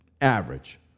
average